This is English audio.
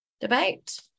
debate